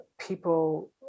people